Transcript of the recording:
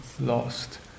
lost